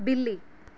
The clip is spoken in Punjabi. ਬਿੱਲੀ